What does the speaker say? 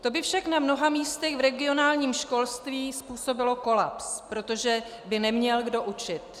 To by však na mnoha místech v regionálním školství způsobilo kolaps, protože by neměl kdo učit.